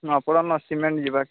ନୂଆପଡ଼ା ନ ସିମେଣ୍ଟ୍ ଯିବ